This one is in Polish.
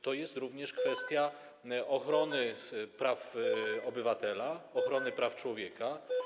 To jest również kwestia ochrony praw obywatela, ochrony praw człowieka.